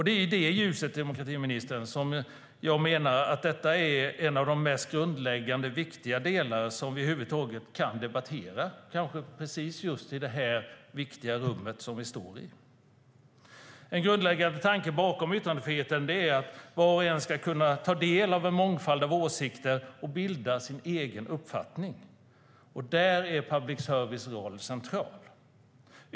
Det är i det ljuset, demokratiministern, jag menar att detta är en av de mest grundläggande och viktiga delar som vi över huvud taget kan debattera, kanske i just detta viktiga rum som vi står i. En grundläggande tanke bakom yttrandefriheten är att var och en ska kunna ta del av en mångfald av åsikter och bilda sig en egen uppfattning. Där är rollen för public service central.